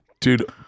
dude